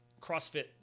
CrossFit